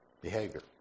behavior